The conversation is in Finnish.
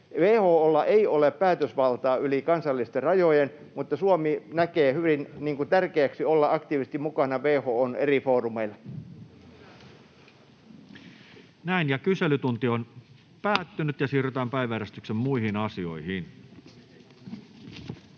WHO:lla ei ole päätösvaltaa yli kansallisten rajojen, mutta Suomi näkee hyvin tärkeäksi olla aktiivisesti mukana WHO:n eri foorumeilla. Ainoaan käsittelyyn esitellään päiväjärjestyksen 3. asia.